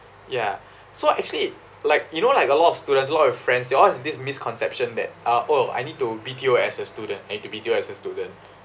ya so actually like you know like a lot of students a lot of friends they always have this misconception that uh oh I need to B_T_O as a student need to B_T_O as a student